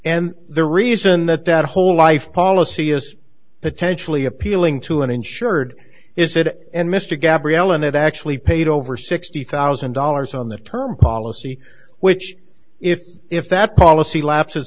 and the reason that that whole life policy is potentially appealing to uninsured is that end mr gabrielle and have actually paid over sixty thousand dollars on that term policy which if if that policy lapses